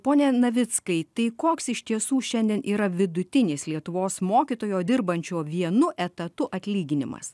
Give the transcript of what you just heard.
pone navickai tai koks iš tiesų šiandien yra vidutinis lietuvos mokytojo dirbančio vienu etatu atlyginimas